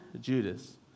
Judas